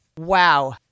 Wow